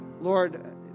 Lord